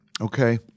okay